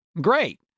great